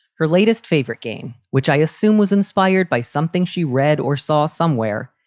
her latest favorite game, which i assume was inspired by something she read or saw somewhere,